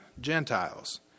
Gentiles